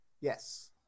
Yes